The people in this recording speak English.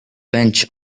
bench